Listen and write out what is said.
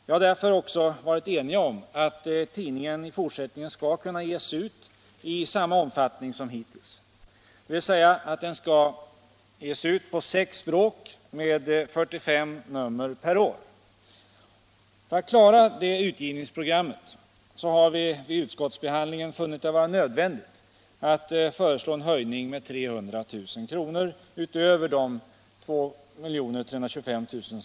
Vi har därför också varit eniga om att tidningen i fortsättningen skall kunna ges ut i samma omfattning som hittills, dvs. på sex språk med 45 nummer per år. För att klara det utgivningsprogrammet har vi vid utskottsbehandlingen funnit det nödvändigt att föreslå en höjning med 300 000 kr. utöver de 2 325 000 kr.